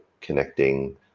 connecting